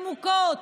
מנשים מוכות,